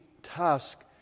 task